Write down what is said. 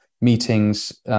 meetings